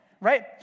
right